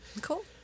cool